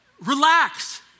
relax